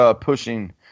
pushing